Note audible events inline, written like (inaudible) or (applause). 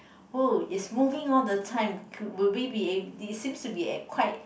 oh it's moving all the time (noise) will we be (noise) it seems to be quite